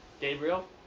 Gabriel